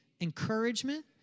encouragement